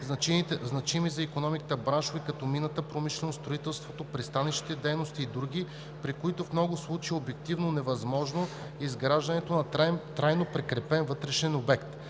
значими за икономиката браншове, като минна промишленост, строителство, пристанищни дейности и други, при които в много случаи е обективно невъзможно изграждането на трайно прикрепен вътрешен обект.